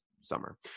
summer